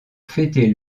fêter